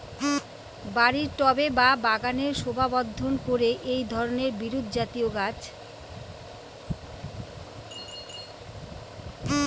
বাড়ির টবে বা বাগানের শোভাবর্ধন করে এই ধরণের বিরুৎজাতীয় গাছ